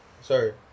sorry